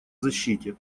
защите